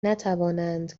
نتوانند